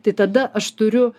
tai tada aš turiu